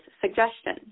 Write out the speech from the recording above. suggestion